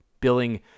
billing